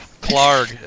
Clark